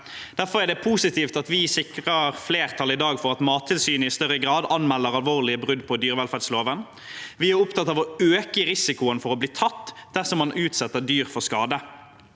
Derfor er det positivt at vi sikrer flertall i dag for at Mattilsynet i større grad anmelder alvorlige brudd på dyrevelferdsloven. Vi er opptatt av å øke risikoen for å bli tatt dersom man utsetter dyr for skade.